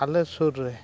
ᱟᱞᱮ ᱥᱩᱨ ᱨᱮ